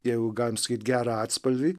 jeigu galim sakyt gerą atspalvį